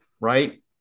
right